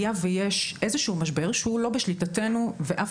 היה ויש איזשהו משבר שהוא לא בשליטתנו ואף